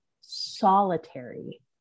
solitary